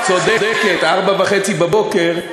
צודקת, ארבע וחצי בבוקר.